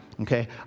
Okay